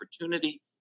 opportunity